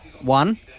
one